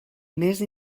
més